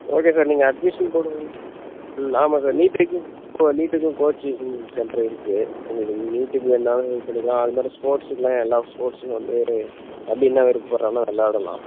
okay sir நீங்கள் admission போடும்போது ம் ஆமாம் சார் நீட்டுக்கு கோ நீட்டுக்கும் கோச்சிங் சென் சென்ட்ரு இருக்கு உங்களுக்கு நீட்டுக்கு வேணாலும் இது பண்ணிக்கலாம் அதுமாதிரி ஸ்போர்ட்ஸ்க்குலாம் எல்லா ஸ்போர்ட்ஸ்க்கும் வந்து தம்பி என்ன விருப்பப்படுறானோ விளாடலாம்